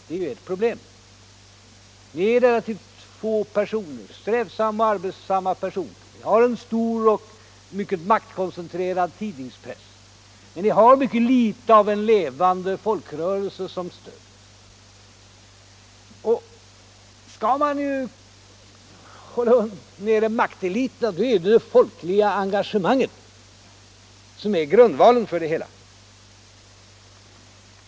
Det är ett problem. Ni är relativt få personer — strävsamma, arbetsamma personer — och har en stor och mycket maktkoncentrerad tidningspress. Men ni har mycket litet av en levande folkrörelse som stöd. Skall man hålla nere makteliterna är det folkliga engagemanget grundvalen för det hela.